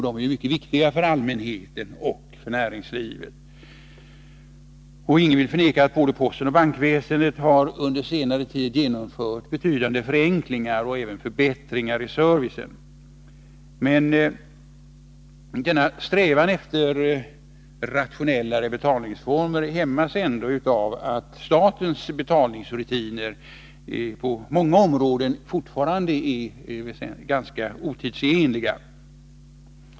De är mycket viktiga för allmänheten och näringslivet. Ingen förnekar att både posten och bankväsendet på senare tid har genomfört betydande förenklingar och även förbättringar i servicen. Men denna strävan mot rationellare betalningsformer hämmas ändå av att statens betalningsrutiner på många områden fortfarande är ganska otidsenliga.